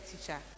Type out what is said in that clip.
teacher